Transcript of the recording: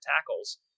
tackles